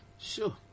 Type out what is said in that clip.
sure